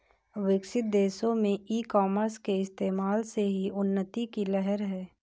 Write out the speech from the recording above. विकसित देशों में ई कॉमर्स के इस्तेमाल से ही उन्नति की लहर है